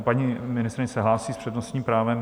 Paní ministryně se hlásí s přednostním právem.